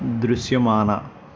దృశ్యమాన